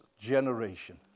generation